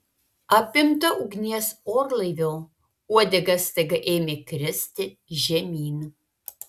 apimta ugnies orlaivio uodega staiga ėmė kristi žemyn